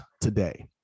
today